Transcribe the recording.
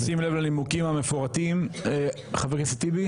בשים לב לנימוקים המפורטים, חבר הכנסת טיבי?